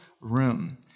room